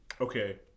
okay